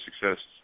success